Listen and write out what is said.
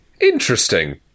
Interesting